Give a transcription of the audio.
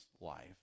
life